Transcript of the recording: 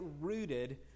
Rooted